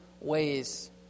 ways